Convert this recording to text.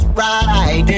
right